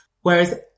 Whereas